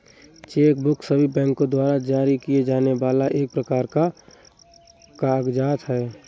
check book सभी बैंको द्वारा जारी किए जाने वाला एक प्रकार का कागज़ात है